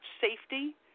safety